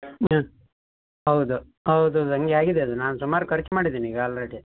ಹ್ಞೂ ಹೌದು ಹೌದು ಹಾಗೇ ಆಗಿದೆ ಅದು ನಾನು ಸುಮಾರು ಖರ್ಚು ಮಾಡಿದ್ದೀನೀಗ ಆಲ್ರೆಡಿ